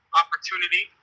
opportunity